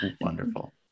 wonderful